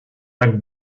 tak